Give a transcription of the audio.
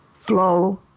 flow